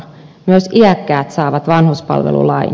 myös iäkkäät saavat vanhuspalvelulain